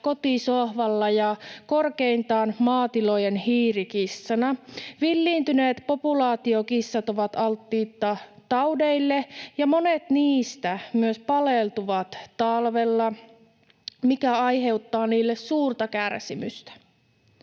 kotisohvalla tai korkeintaan maatilojen hiirikissana. Villiintyneet populaatiokissat ovat alttiita taudeille, ja monet niistä myös paleltuvat talvella, mikä aiheuttaa niille suurta kärsimystä.